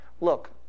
Look